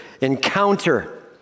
Encounter